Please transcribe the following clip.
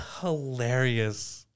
hilarious